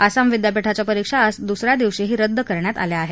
आसाम विद्यापीठाच्या परीक्षा आज दुसऱ्या दिवशीही रद्द करण्यात आल्या आहेत